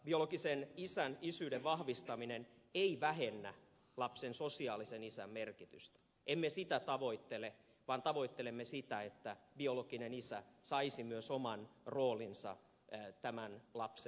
biologisen isän isyyden vahvistaminen ei vähennä lapsen sosiaalisen isän merkitystä emme sitä tavoittele vaan tavoittelemme sitä että biologinen isä saisi myös oman roolinsa tämän lapsen elämässä